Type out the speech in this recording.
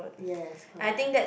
yes correct